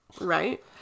Right